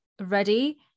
ready